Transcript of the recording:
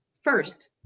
first